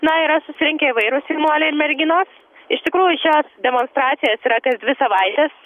na yra susirinkę įvairūs jaunuoliai ir merginos iš tikrųjų šios demokratijos yra kas dvi savaites